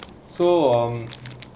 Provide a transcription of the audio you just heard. so um